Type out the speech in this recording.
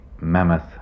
mammoth